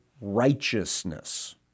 righteousness